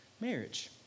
Marriage